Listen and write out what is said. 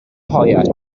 hire